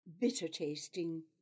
bitter-tasting